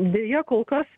deja kol kas